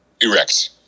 Erect